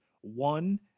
One